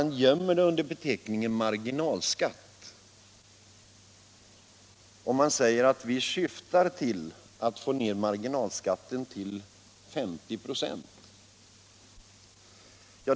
De gömmer det under beteckningen marginalskatt och säger att ”vi syftar till att få ned marginalskatten till 50 26”.